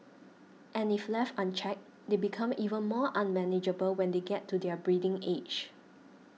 and if left unchecked they become even more unmanageable when they get to their breeding age